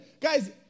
Guys